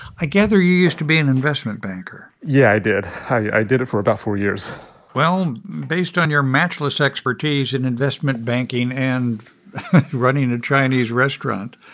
i gather you used to be an investment banker yeah, i did. i did it for about four years well, based on your matchless expertise in investment banking and running a chinese restaurant,